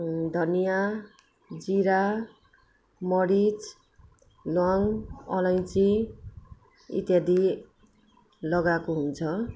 धनियाँ जिरा मरीच ल्वाङ्ग अलैँची इत्यादि लगाएको हुन्छ